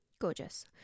Gorgeous